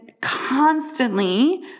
constantly